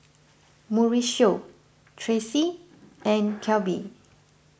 Mauricio Tracy and Kelby